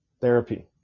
Therapy